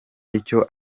icyo